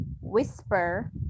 whisper